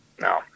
No